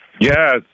Yes